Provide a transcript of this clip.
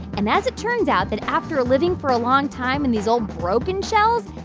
and as it turns out that after living for a long time in these old, broken shells,